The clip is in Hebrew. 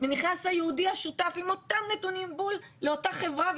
ונכנס היהודי השותף עם אותם נתונים בול לאותה חברה,